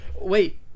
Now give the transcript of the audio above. Wait